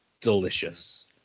delicious